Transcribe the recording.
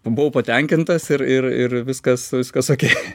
buvau patenkintas ir ir ir viskas ką sakei